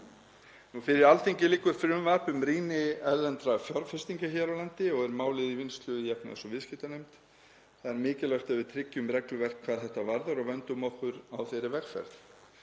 Fyrir Alþingi liggur frumvarp um rýni erlendra fjárfestinga hér á landi og er málið í vinnslu í efnahags- og viðskiptanefnd. Það er mikilvægt að við tryggjum regluverk hvað þetta varðar og vöndum okkur á þeirri vegferð.